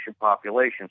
population